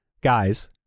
Guys